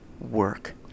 work